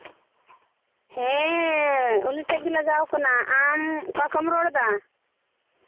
ᱦᱮᱸ ᱩᱱᱤ ᱴᱷᱮᱱ ᱜᱮ ᱞᱟᱜᱟᱣ ᱠᱟᱱᱟ ᱟᱢ ᱚᱠᱟ ᱠᱷᱚᱱ ᱮᱢ ᱨᱚᱲ ᱮᱫᱟ